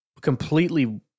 completely